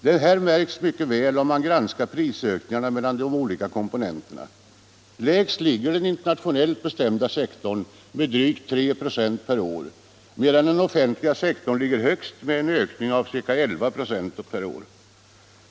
Detta märks mycket väl om man granskar prisökningarna för de olika komponenterna. Lägst ligger den internationellt bestämda sektorn med drygt 3 26, medan den offentliga sektorn når högst med en ökning av ca 11 96 per år.